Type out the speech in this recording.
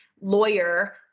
lawyer